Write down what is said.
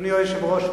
אדוני היושב-ראש,